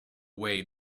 way